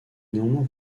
néanmoins